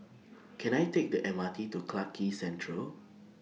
Can I Take The M R T to Clarke Central